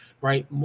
right